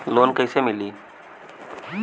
Loan कईसे मिली?